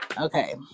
Okay